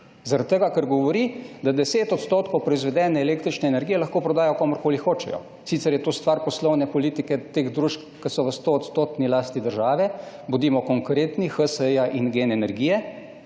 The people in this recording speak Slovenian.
Zaradi tega ker govori, da 10 % proizvedene električne energije lahko prodajo komurkoli hočejo, sicer je to stvar poslovne politike teh družb, ki so v stoodstotni lasti države, bodimo konkretni, HSE in GEN-I energije.